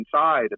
inside